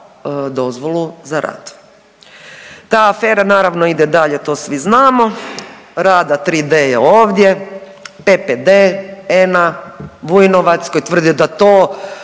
dozvolu za rad. Ta afera naravno ide dalje, to svi znamo, Rada 3D je ovdje, PPD, Enna, Vujnovac, koji je tvrdio da to,